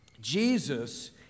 Jesus